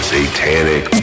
Satanic